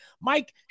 Mike